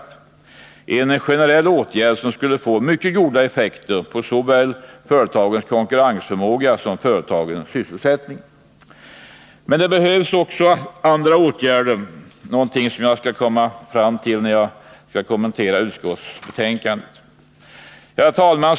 Det är en generell åtgärd som skulle få mycket goda effekter på såväl företagens konkurrensförmåga som företagens sysselsättning. Men, som jag kommer in på i min kommentar till utskottsbetänkandet, behövs det också andra åtgärder. Herr talman!